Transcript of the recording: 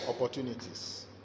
opportunities